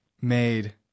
made